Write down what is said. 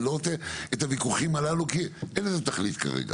אני לא רוצה את הוויכוחים הללו כי אין לזה תכלית כרגע.